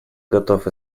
готов